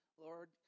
lord